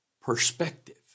perspective